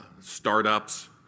startups